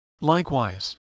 Likewise